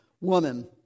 woman